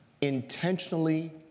intentionally